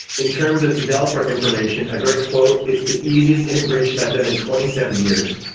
in terms of developer information, a great quote, it's the easiest integration i've done in twenty seven years.